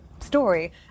story